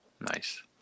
Nice